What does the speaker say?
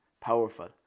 powerful